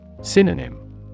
Synonym